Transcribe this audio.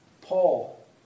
Paul